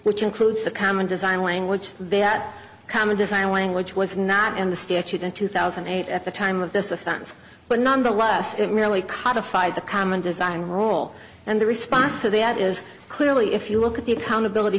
which includes the common design language that common design language was not in the statute in two thousand and eight at the time of this offense but nonetheless it really codified the common design role and the response to that is clearly if you look at the accountability